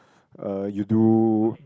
uh you do